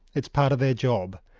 it's part of their job.